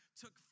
took